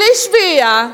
בלי שביעייה.